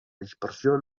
dispersió